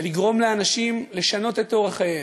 ולגרום לאנשים לשנות את אורח חייהם,